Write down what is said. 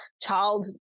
child